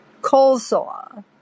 coleslaw